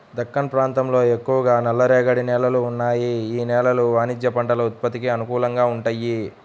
దక్కన్ ప్రాంతంలో ఎక్కువగా నల్లరేగడి నేలలు ఉన్నాయి, యీ నేలలు వాణిజ్య పంటల ఉత్పత్తికి అనుకూలంగా వుంటయ్యి